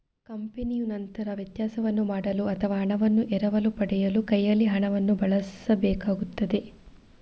ಕಂಪನಿಯು ನಂತರ ವ್ಯತ್ಯಾಸವನ್ನು ಮಾಡಲು ಅಥವಾ ಹಣವನ್ನು ಎರವಲು ಪಡೆಯಲು ಕೈಯಲ್ಲಿ ಹಣವನ್ನು ಬಳಸಬೇಕಾಗುತ್ತದೆ